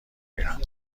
میرم